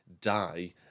die